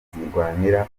zirwanira